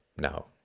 No